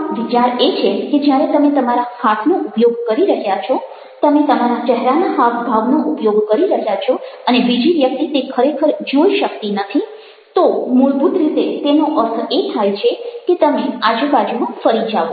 પણ વિચાર એ છે કે જ્યારે તમે તમારા હાથનો ઉપયોગ કરી રહ્યા છો તમે તમારા ચહેરાના હાવભાવનો ઉપયોગ કરી રહ્યા છો અને બીજી વ્યક્તિ તે ખરેખર જોઈ શકતી નથી તો મૂળભૂત રીતે તેનો અર્થ એ થાય છે કે તમે આજુબાજુમાં ફરી જાઓ